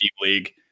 league